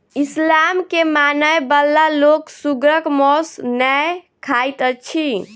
इस्लाम के मानय बला लोक सुगरक मौस नै खाइत अछि